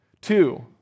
Two